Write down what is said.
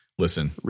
Listen